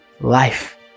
life